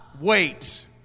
wait